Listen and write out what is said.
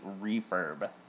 refurb